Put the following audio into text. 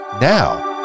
now